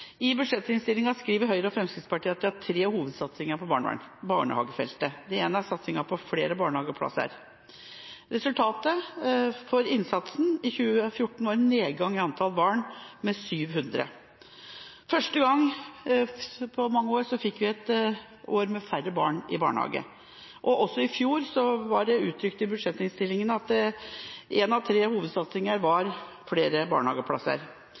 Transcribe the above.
I budsjettinnstillinga skriver Høyre og Fremskrittspartiet at de har tre hovedsatsinger på barnehagefeltet. Det ene er satsinga på flere barnehageplasser. Resultatet av innsatsen i 2014 var en nedgang i antall barn på 700. For første gang på mange år fikk vi et år med færre barn i barnehage. Også i fjor var det uttrykt i budsjettinnstillingen at én av tre hovedsatsinger var flere barnehageplasser.